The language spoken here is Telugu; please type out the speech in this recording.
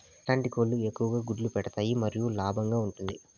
ఎట్లాంటి కోళ్ళు ఎక్కువగా గుడ్లు పెడతాయి మరియు లాభంగా ఉంటుంది?